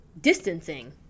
distancing